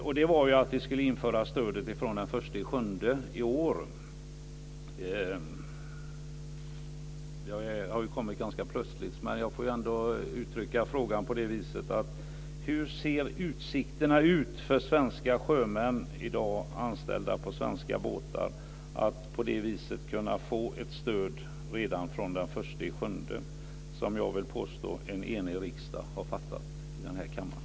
Beslutet innebar att ett stöd ska införas den 1 juli i år. Det har kommit ganska plötsligt. Hur ser utsikterna ut för svenska sjömän, i dag anställda på svenska båtar, att på det viset kunna få ett stöd redan från den 1 juli, som jag påstår att en enig riksdag har fattat beslut om i kammaren?